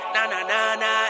Na-na-na-na